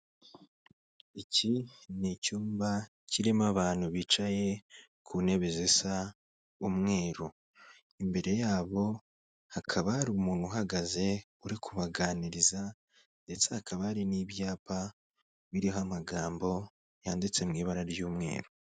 Iki ni icyumba kirimo abantu bicaye ku ntebe zisa umweru imbere yabo hakaba hari umuntu uhagaze uri kubaganiriza ndetse hakaba hari n'ibyapa biriho amagambo yanditse mu ibara ry'umweru.